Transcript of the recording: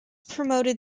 promoted